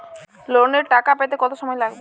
ঋণের টাকা পেতে কত সময় লাগবে?